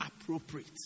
appropriate